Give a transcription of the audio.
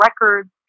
records